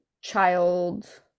child